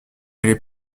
les